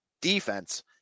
defense